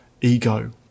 ego